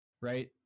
right